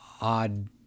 odd